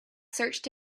searched